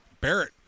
Barrett